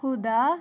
ھدیٰ